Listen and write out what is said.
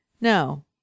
No